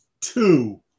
Two